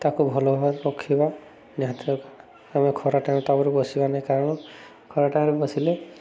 ତାକୁ ଭଲ ଭାବରେ ରଖିବା ନିହାତି ଦରକାର ଆମେ ଖରା ଟାଇମ୍ ତା ଉପରେ ବସିବା ନାହିଁ କାରଣ ଖରା ଟାଇମ୍ରେ ବସିଲେ